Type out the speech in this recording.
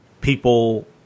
people